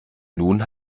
nun